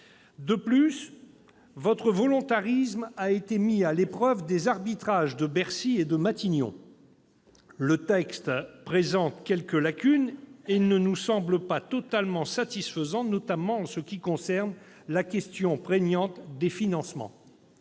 De plus, votre volontarisme a été mis à l'épreuve des arbitrages de Bercy et de Matignon. Le texte présente quelques lacunes et ne nous semble pas totalement satisfaisant, notamment en ce qui concerne la question prégnante des financements.